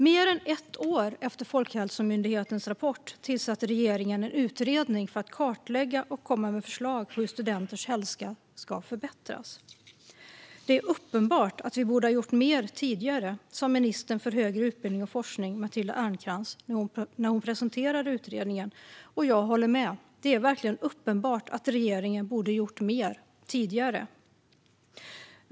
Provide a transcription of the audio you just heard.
Mer än ett år efter Folkhälsomyndighetens rapport tillsatte regeringen en utredning för att kartlägga och komma med förslag på hur studenters hälsa ska förbättras. Det är uppenbart att vi borde ha gjort mer tidigare, sa ministern för högre utbildning och forskning Matilda Ernkrans när hon presenterade utredningen. Jag håller med. Det är verkligen uppenbart att regeringen borde ha gjort mer tidigare.